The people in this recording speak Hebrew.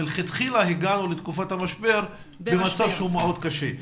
מלכתחילה הגענו לתקופת המשבר במצב שהוא מאוד קשה.